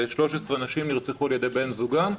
13 נשים נרצחו על ידי בני זוגן,